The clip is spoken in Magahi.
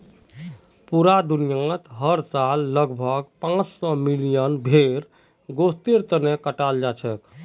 पूरा दुनियात हर साल लगभग पांच सौ मिलियन भेड़ गोस्तेर तने कटाल जाछेक